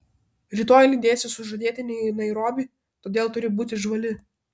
rytoj lydėsi sužadėtinį į nairobį todėl turi būti žvali